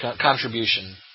contribution